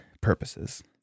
purposes